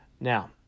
Now